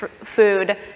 food